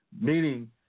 Meaning